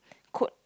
coat